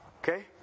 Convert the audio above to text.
Okay